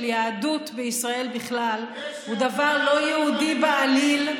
יהדות בישראל בכלל הוא דבר לא יהודי בעליל.